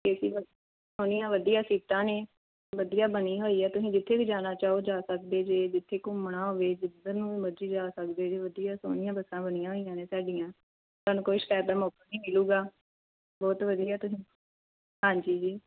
ਏ C ਬੱਸਾਂ ਉਹਦੀਆਂ ਵਧੀਆ ਸੀਟਾਂ ਨੇ ਵਧੀਆ ਬਣੀ ਹੋਈ ਹੈ ਤੁਸੀਂ ਜਿੱਥੇ ਵੀ ਜਾਣਾ ਚਾਹੋ ਜਾ ਸਕਦੇ ਜੇ ਜਿੱਥੇ ਘੁੰਮਣਾ ਹੋਵੇ ਜਿੱਧਰ ਨੂੰ ਵੀ ਮਰਜੀ ਜਾ ਸਕਦੇ ਜੇ ਵਧੀਆ ਸੋਹਣੀਆਂ ਬੱਸਾਂ ਬਣੀਆ ਹੋਈਆ ਨੇ ਸਾਡੀਆਂ ਤੁਹਾਨੂੰ ਕੋਈ ਸ਼ਿਕਾਇਤ ਦਾ ਮੌਕਾ ਨਹੀਂ ਮਿਲੂਗਾ ਬਹੁਤ ਵਧੀਆ ਤੁਸੀਂ ਹਾਂਜੀ ਜੀ